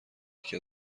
یکی